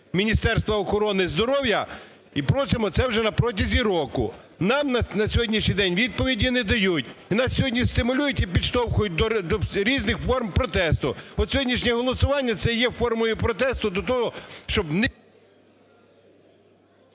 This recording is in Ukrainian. Міністерства охорони здоров'я, і просимо це вже на протязі року. Нам на сьогоднішній день відповіді не дають. Нас сьогодні стимулюють і підштовхують до різних форм протесту. От сьогоднішнє голосування – це є формою протесту до того, щоб…